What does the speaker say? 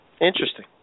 Interesting